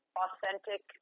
authentic